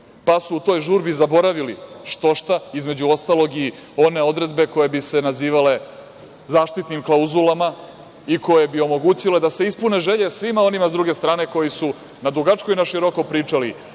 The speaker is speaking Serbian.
pa su u toj žurbi zaboravili što šta između ostalog i one odredbe kojima bi se nazivale zaštitnim klauzulama i koje bi omogućile da se ispune želje svima onima sa druge strane koji su na dugačko i na široko pričali